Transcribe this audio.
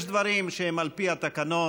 יש דברים שהם על פי התקנון.